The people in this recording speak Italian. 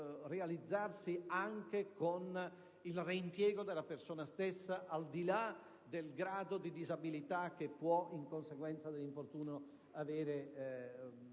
realizzarsi anche con il reimpiego della persona stessa - al di là del grado di disabilità che può, in conseguenza dell'infortunio, aver